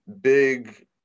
big